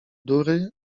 durry